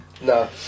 No